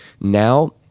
now